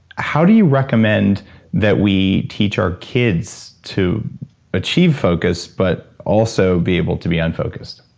how do you recommend that we teach our kids to achieve focus but also be able to be unfocused?